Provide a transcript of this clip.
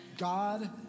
God